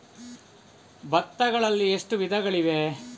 ಭತ್ತಗಳಲ್ಲಿ ಎಷ್ಟು ವಿಧಗಳಿವೆ?